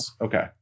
Okay